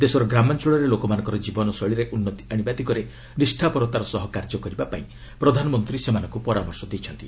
ଦେଶର ଗ୍ରାମାଞ୍ଚଳରେ ଲୋକମାନଙ୍କର ଜୀବନ ଶୈଳୀରେ ଉନ୍ନତି ଆଶିବା ଦିଗରେ ନିଷ୍ଠାପରତାର ସହ କାର୍ଯ୍ୟ କରିବାକୁ ପ୍ରଧାନମନ୍ତ୍ରୀ ସେମାନଙ୍କୁ ପରାମର୍ଶ ଦେଇଛନ୍ତି